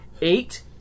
eight